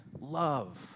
love